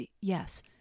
Yes